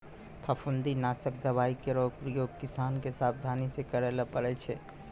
फफूंदी नासक दवाई केरो उपयोग किसान क सावधानी सँ करै ल पड़ै छै